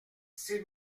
six